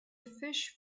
fish